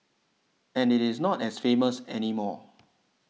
and it is not as famous anymore